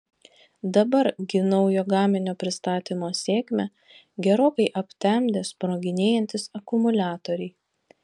dabar gi naujo gaminio pristatymo sėkmę gerokai aptemdė sproginėjantys akumuliatoriai